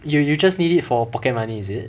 you you just need it for pocket money is it